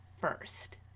first